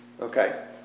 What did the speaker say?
Okay